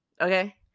okay